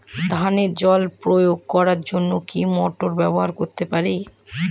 ধানে জল প্রয়োগ করার জন্য কি মোটর ব্যবহার করতে পারি?